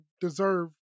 deserve